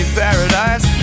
paradise